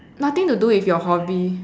nothing to do with your hobby